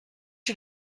you